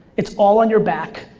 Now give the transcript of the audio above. it's all on your back.